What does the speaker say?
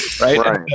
Right